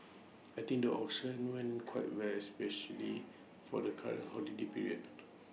I think the auction went quite well especially for the current holiday period